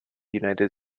united